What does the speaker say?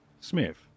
Smith